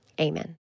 Amen